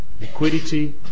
liquidity